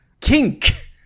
Kink